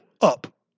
up